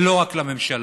ולא רק לממשלה,